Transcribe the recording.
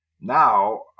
Now